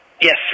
Yes